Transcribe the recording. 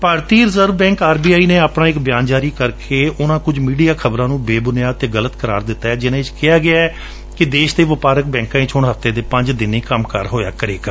Bharatiya reserve bank R B I ਨੇ ਆਪਣਾ ਇਕ ਬਿਆਨ ਜਾਰੀ ਕਰਕੇ ਉਨੂਾਂ ਕੁਝ ਮੀਡੀਆ ਖ਼ਬਰਾਂ ਨੂੰ ਬੇਬੁਨਿਆਦ ਅਤੇ ਗਲਤ ਕਰਾਰ ਦਿੱਤੈ ਜਿਨੂਾਂ ਵਿਚ ਕਿਹਾ ਗਿਐ ਕਿ ਦੇਸ਼ ਦੇ ਵਪਾਰਕ ਬੈਂਕਾਂ ਵਿਚ ਹੁਣ ਹਫ਼ਤੇ ਦੇ ਪੰਜ ਦਿਨ ਹੀ ਕੰਮਕਾਰ ਹੋਇਆ ਕਰੇਗਾ